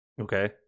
Okay